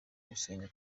gusenga